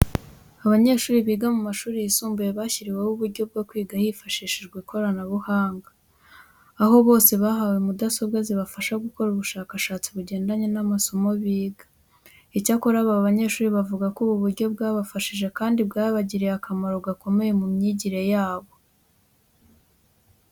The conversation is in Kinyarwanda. Abanyeshuri biga mu mashuri yisumbuye bashyiriweho uburyo bwo kwiga hifashishijwe ikoranabuhanga. Aho bose bahawe mudasobwa zibafasha gukora ubushakashatsi bugendanye n'amasomo biga. Icyakora aba banyeshuri bavuga ko ubu buryo bwabafashije kandi bwabagiriye akamaro gakomeye mu myigire yabo.